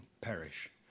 perish